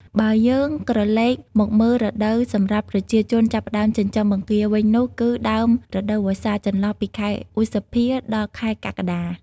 បើយើងក្រឡេកមកមើលរដូវសម្រាប់ប្រជាជនចាប់ផ្តើមចិញ្ចឹមបង្គាវិញនោះគឺ ដើមរដូវវស្សា ចន្លោះពីខែឧសភា ដល់ ខែកក្កដា។